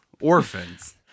orphans